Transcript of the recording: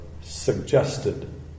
suggested